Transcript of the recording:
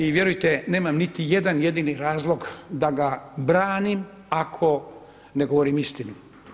I vjerujte nemam niti jedan jedini razlog da ga branim ako ne govorim istinu.